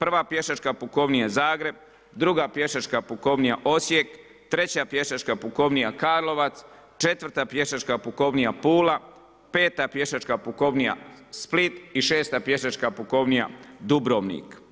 1. pješačka pukovnija Zagreb, 2. pješačka pukovnija Osijek, 3. pješačka pukovnija Karlovac, 4. pješačka pukovnija Pula, 5. pješačka pukovnija Split i 6. pješačka pukovnija Dubrovnik.